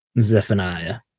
Zephaniah